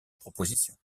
proposition